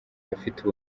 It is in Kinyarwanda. abafite